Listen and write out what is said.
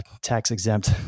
tax-exempt